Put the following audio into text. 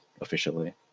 officially